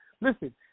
Listen